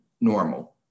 normal